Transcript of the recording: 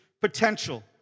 potential